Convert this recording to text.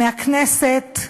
מהכנסת,